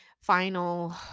final